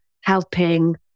helping